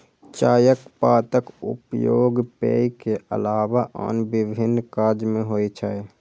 चायक पातक उपयोग पेय के अलावा आन विभिन्न काज मे होइ छै